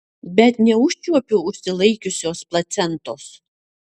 bet neužčiuopiu užsilaikiusios placentos